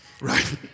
right